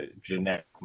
genetic